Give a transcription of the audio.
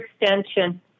extension